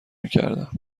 میکردم